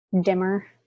dimmer